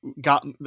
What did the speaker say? got